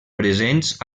presents